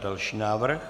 Další návrh.